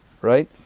right